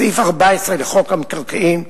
סעיף 14 לחוק המקרקעין,